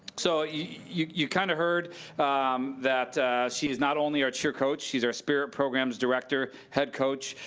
so, you kind of heard that she is not only our cheer coach, she is our spirit programs director, head coach,